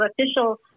official